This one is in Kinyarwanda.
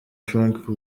frank